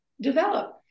develop